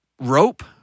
rope